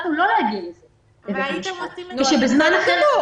החלטנו לא להגיע זה ושבזמן אחר כן --- נו,